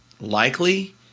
likely